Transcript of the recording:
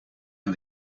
aan